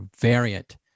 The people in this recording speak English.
variant